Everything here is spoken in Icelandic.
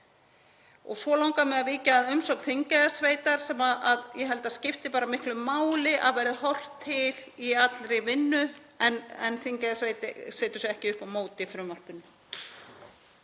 Og svo langar mig að víkja að umsögn Þingeyjarsveitar sem ég held að skipti miklu máli að verði horft til í allri vinnu en Þingeyjarsveit setur sig ekki upp á móti frumvarpinu.